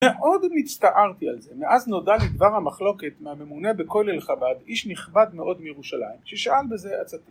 מאוד הצטערתי על זה, מאז נודע לי דבר המחלוקת מהממונה בכולל חב"ד, איש נכבד מאוד מירושלים, כששאל בזה עצתי